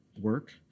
work